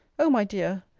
o my dear!